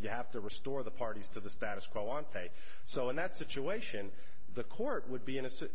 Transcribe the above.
you have to restore the parties to the status quo on pay so in that situation the court would be